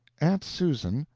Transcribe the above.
aunt susan,